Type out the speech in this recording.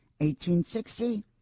1860